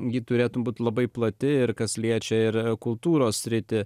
ji turėtų būti labai plati ir kas liečia ir kultūros sritį